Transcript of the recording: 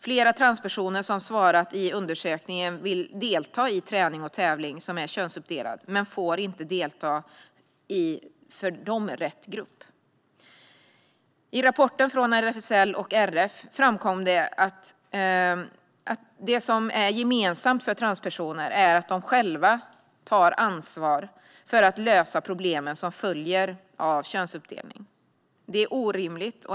Flera transpersoner som svarat på undersökningen vill delta i träning och tävling som är könsuppdelad, men de får inte delta i för dem rätt grupp. I rapporten från RFSL och Riksidrottsförbundet framkom det att det är gemensamt för transpersoner att de själva tar ansvar för att lösa problemen som följer av könsuppdelningen. Det är orimligt.